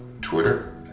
Twitter